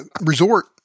resort